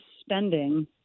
spending